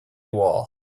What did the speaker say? wall